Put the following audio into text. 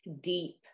deep